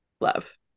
love